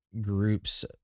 groups